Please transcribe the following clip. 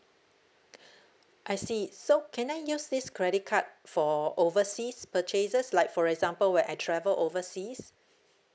I see so can I use this credit card for overseas purchases like for example when I travel overseas